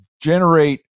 generate